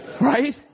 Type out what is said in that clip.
Right